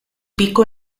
pico